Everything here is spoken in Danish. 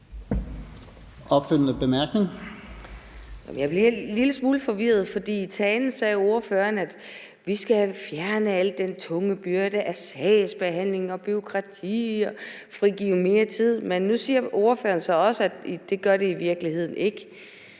Jeg bliver en lille smule forvirret, for i talen sagde ordføreren, at vi skal fjerne den tunge byrde af sagsbehandling og bureaukrati og frigive mere tid. Men nu siger ordføreren så også, at det gør det i virkeligheden ikke.